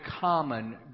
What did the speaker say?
common